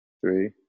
three